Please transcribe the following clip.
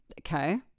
okay